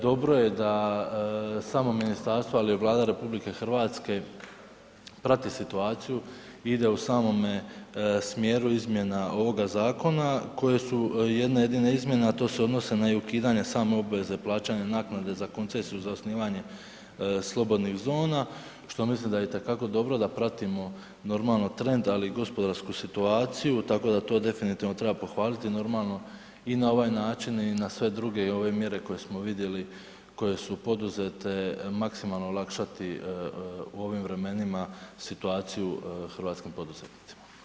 Dobro je da samo ministarstvo, ali i Vlada RH prati situaciju i ide u samome smjeru ovoga zakona koje su jedne jedine izmjene, a to se odnosi na ukidanje samoobveze plaćanja naknade za koncesiju za osnivanje slobodnih zona, što mislim da je itekako dobro da pratimo trend, ali i gospodarsku situaciju, tako da to treba definitivno pohvaliti i na ovaj način i na sve druge i ove mjere koje smo vidjeli koje su poduzete maksimalno olakšati u ovim vremenima situaciju hrvatskim poduzetnicima.